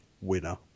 Winner